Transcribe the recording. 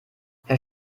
herr